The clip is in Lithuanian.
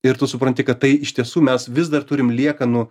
ir tu supranti kad tai iš tiesų mes vis dar turim liekanų